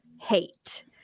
hate